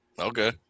Okay